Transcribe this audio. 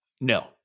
No